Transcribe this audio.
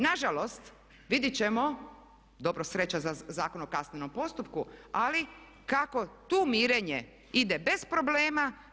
Na žalost, vidjet ćemo, dobro sreća za Zakon o kaznenom postupku, ali kako tu mirenje ide bez problema.